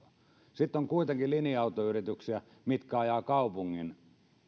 sitten on kuitenkin linja autoyrityksiä jotka ajavat kaupungin